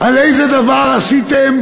איזה דבר עשיתם